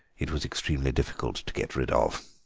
it was extremely difficult to get rid of.